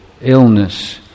illness